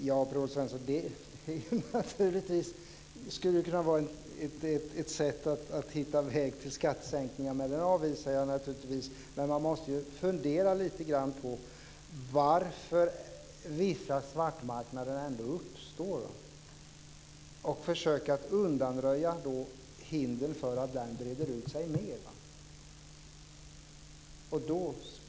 Fru talman! Naturligtvis skulle det kunna vara ett sätt att hitta en väg till skattesänkningar, men det avvisar jag givetvis. Man måste fundera lite grann på varför vissa svartmarknader ändå uppstår och försöka undanröja hindren och se till att den inte breder ut sig mer.